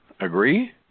Agree